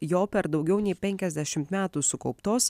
jo per daugiau nei penkiasdešim metų sukauptos